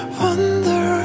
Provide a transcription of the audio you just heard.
wonder